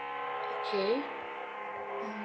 okay